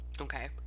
Okay